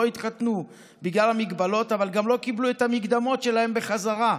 התחתנו בגלל המגבלות אבל גם לא קיבלו את המקדמות שלהם בחזרה,